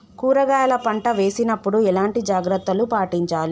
కూరగాయల పంట వేసినప్పుడు ఎలాంటి జాగ్రత్తలు పాటించాలి?